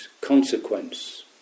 consequence